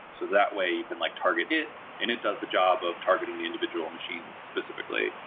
so that way you can like target it and it does the job of targeting the individual machines specifically.